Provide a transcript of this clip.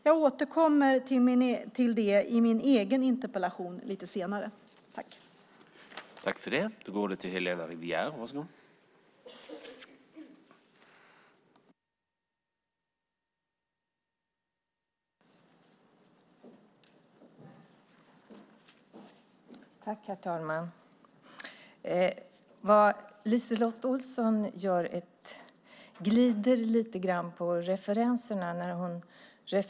Jag återkommer till det i min egen interpellation lite senare i dag.